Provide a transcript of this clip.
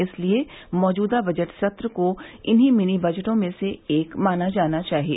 इसलिए मौजूदा बजट सत्र को इन्ही मिनी बजटों में से एक माना जाना चाहिए